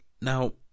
now